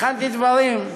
הכנתי דברים,